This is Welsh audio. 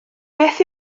beth